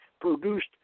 produced